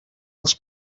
els